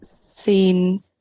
seen